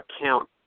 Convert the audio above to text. account